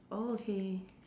oh okay